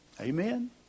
Amen